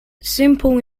simple